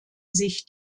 sich